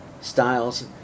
styles